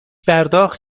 پرداخت